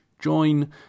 join